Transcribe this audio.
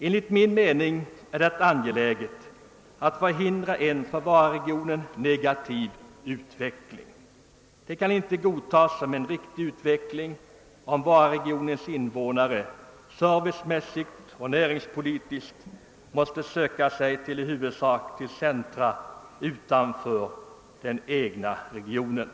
Enligt min mening är det angeläget att förhindra en för Vararegionen negativ utveckling. Det kan inte godtas som en riktig utveckling, om Vararegionens invånare servicemässigt och näringspolitiskt måste söka sig i huvudsak till centra utanför den egna regionen.